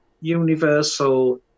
universal